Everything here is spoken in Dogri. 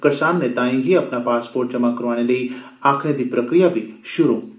करसान नेताएं गी अपना पासपोर्ट जमा करोआने लेई आखने दी प्रक्रिया बी शुरू कीती जाग